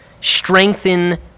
strengthen